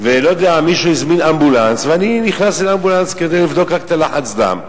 מישהו הזמין אמבולנס ואני נכנסתי לאמבולנס כדי לבדוק רק את הלחץ דם.